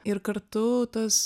ir kartu tas